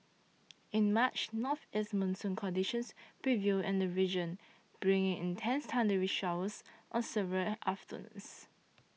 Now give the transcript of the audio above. in March northeast monsoon conditions prevailed in the region bringing intense thundery showers on several afternoons